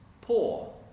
poor